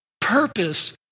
purpose